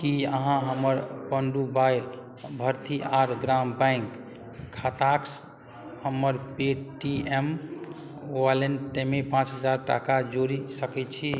कि अहाँ हमर पण्डुवाइ भरथीआर ग्राम बैँक खातासे हमर पेटीएम वॉलेटमे पाँच हजार टाका जोड़ि सकै छी